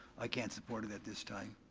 i can't support it at this time.